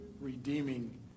redeeming